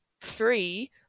three